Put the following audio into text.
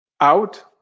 out